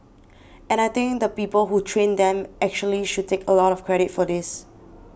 and I think the people who trained them actually should take a lot of credit for this